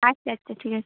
আচ্ছা আচ্ছা ঠিক আছে